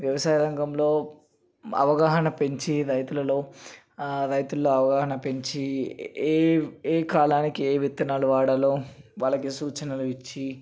వ్యవసాయ రంగంలో అవగాహన పెంచి రైతులలో రైతులలో అవగాహన పెంచి ఏ ఏ కాలానికి ఏ విత్తనాలు వాడాలో వాళ్ళకి సూచనలు ఇచ్చి